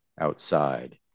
outside